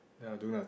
ya do nothing